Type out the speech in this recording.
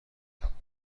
بتوانند